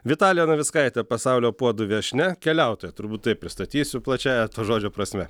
vitalija navickaitė pasaulio puodų viešnia keliautoja turbūt tai pristatysiu plačiąja to žodžio prasme